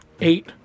eight